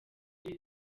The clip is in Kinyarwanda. ibi